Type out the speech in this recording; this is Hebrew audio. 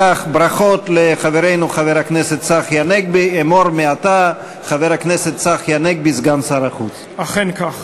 2012. אכן כך.